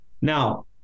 Now